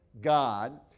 God